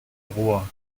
roi